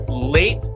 late